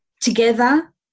together